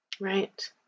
Right